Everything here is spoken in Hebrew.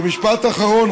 ומשפט אחרון,